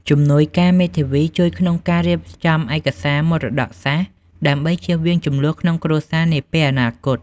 ជំនួយការមេធាវីជួយក្នុងការរៀបចំឯកសារមរតកសាសន៍ ដើម្បីចៀសវាងជម្លោះក្នុងគ្រួសារនាពេលអនាគត។